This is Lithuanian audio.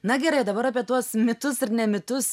na gerai o dabar apie tuos mitus ir ne mitus